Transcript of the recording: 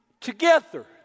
together